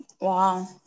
wow